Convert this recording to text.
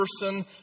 person